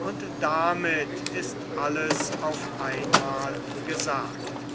und damit ist alles auf einmal gesagt